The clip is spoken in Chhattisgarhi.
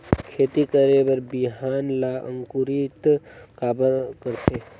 खेती करे बर बिहान ला अंकुरित काबर करथे?